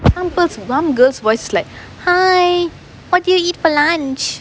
I can't stand some girl's voice is like hi what did you eat for lunch